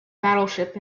battleship